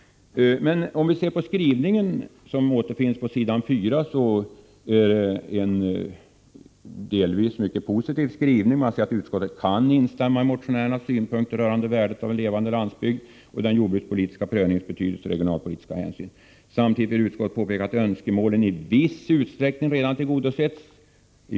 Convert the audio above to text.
Men skrivningen, som återfinns på s. 4, är delvis mycket positiv. Man säger att utskottet ”kan instämma i motionärernas synpunkter rörande värdet av en levande landsbygd och den jordpolitiska prövningens betydelse i regionalpolitiskt hänseende. Samtidigt vill utskottet påpeka att önskemålen i viss utsträckning redan tillgodosetts ———."